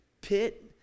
pit